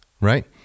right